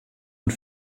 und